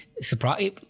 surprise